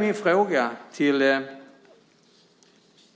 Min fråga till